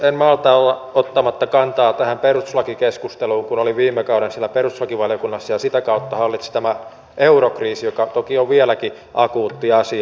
en malta olla ottamatta kantaa tähän perustuslakikeskusteluun kun olin viime kaudella siellä perustuslakivaliokunnassa ja sitä kautta hallitsi tämä eurokriisi joka toki on vieläkin akuutti asia